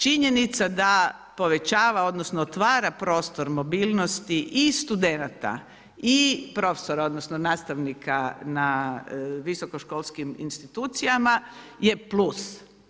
Činjenica da povećava odnosno otvara prostor mobilnosti i studenata i profesora odnosno nastavnika na visokoškolskim institucijama jer plus.